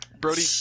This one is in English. Brody